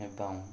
ଏକ